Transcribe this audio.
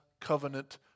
covenant